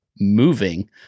moving